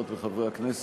חברות וחברי הכנסת,